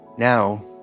Now